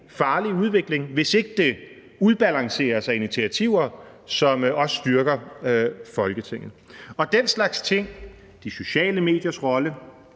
farlig udvikling, hvis det ikke afbalanceres med initiativer, som også styrker Folketinget. Den slags ting, de sociale mediers rolle,